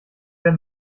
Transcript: der